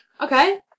Okay